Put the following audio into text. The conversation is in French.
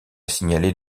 signalée